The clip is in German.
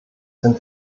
sind